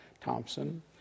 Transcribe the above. Thompson